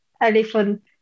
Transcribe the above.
elephant